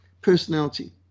personality